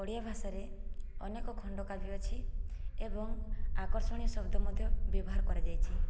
ଓଡ଼ିଆ ଭାଷାରେ ଅନେକ ଖଣ୍ଡକାବ୍ୟ ଅଛି ଏବଂ ଆକର୍ଷଣୀୟ ଶବ୍ଦ ମଧ୍ୟ ବ୍ୟବହାର କରାଯାଇଛି